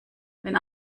wenn